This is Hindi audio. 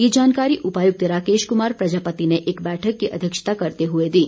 ये जानकारी उपायुक्त राकेश कुमार प्रजापति ने एक बैठक की अध्यक्षता करते हुए दी